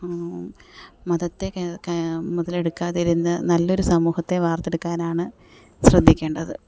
മതത്തെ മുതലെടുക്കാതെ തന്നെ നല്ലൊരു സമൂഹത്തെ വാർത്തെടുക്കാനാണ് ശ്രദ്ധിക്കേണ്ടത്